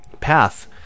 path